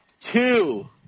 two